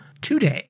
today